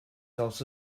also